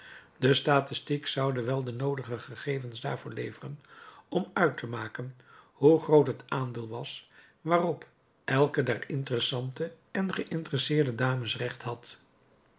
de statistiek zoude wel de noodige gegevens daarvoor leveren om uit te maken hoe groot het aandeel was waarop elke der interessante en geïnteresseerde dames recht had